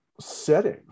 setting